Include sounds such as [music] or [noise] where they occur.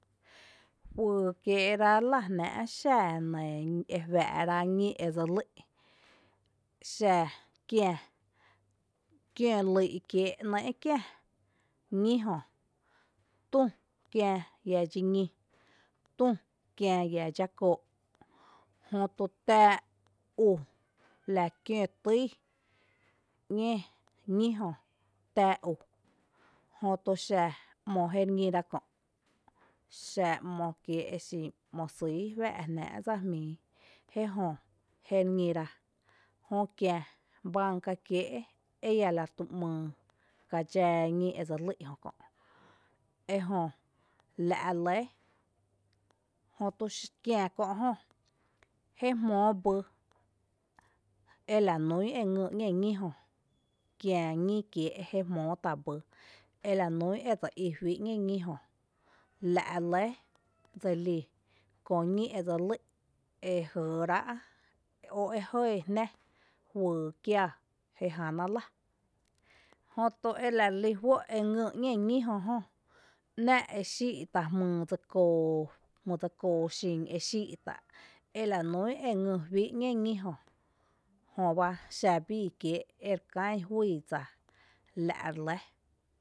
Juyy kieera’ jlⱥ xá jnⱥⱥ’ xa nɇɇ [hesitation] ejuⱥⱥ’ra ñí edse lý’ xa, kiä kiǿ lýy’ kiée’ nɇɇ’ kiä ñí jö, tü kiä iadxíñí, tü kiä iadxákóó’ jötu t ⱥⱥ’ u la [noise] kiǿ týy ‘ñeé ñí jö tⱥⱥ’ u, jötu xa ‘mo jéri ñíra kö’ xa exin ‘mo sýyý juáa’ jnⱥⱥ’ dsa jmíi ejö jeri ñíra jökiä báanca kiée’ e iⱥla tú ‘myy kadxaa ñí edse lý’ jö kö’ ejö lⱥ’ lɇ. Jötu kiä kö’ jö jé jmóo by ela nún e ngý ‘ñee ñí jö kiä ñí kiee’ jé jmóo tá’ bý ela nún edse í juí ‘ñee ñíjö la’ [noise] lɇ dselí köö ñí edse lý’ ejɇɇrá’ o e jɇɇ jná juyy kiaa jé jána lⱥ, jötu ela dselí juó’ e ngý ‘ñee ñí jö jó, ´ná’ e xíí’ tá’ jmyy dse koó xin exíí’ [noise] tá’ lanún e ngý juí ‘ñée ñí jö, jöba xa bii kiee’ ere kán juíí dsa, la’ re lɇ.